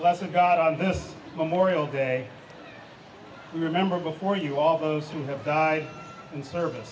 and god on this memorial day we remember before you all those who have died in service